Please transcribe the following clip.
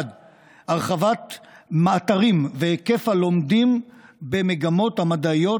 1. הרחבת מאֲתָרים והיקף הלומדים במגמות המדעיות,